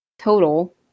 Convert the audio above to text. total